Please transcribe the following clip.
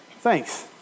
thanks